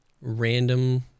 random